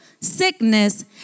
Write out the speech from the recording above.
sickness